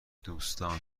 دوستان